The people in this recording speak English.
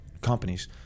companies